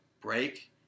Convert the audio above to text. break